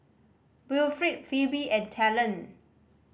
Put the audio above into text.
Wilfrid Phebe and Talen